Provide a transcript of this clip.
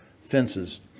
fences